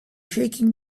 shaking